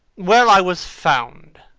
well, i was found.